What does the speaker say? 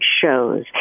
shows